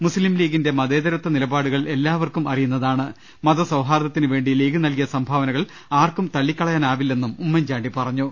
മുസ്ലീംല്ലീഗിന്റെ മതതരത്വ നിലപാടുകൾ എല്ലാവർക്കും മതസൌഹാർദ്ദത്തിന് വേണ്ടി ലീഗ് നൽകിയ സംഭാവനകൾ ആർക്കും തള്ളിക്കളയാനാവില്ലെന്നും ഉമ്മൻചാണ്ടി പറഞ്ഞു